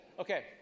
Okay